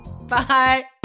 bye